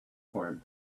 form